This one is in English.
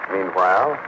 Meanwhile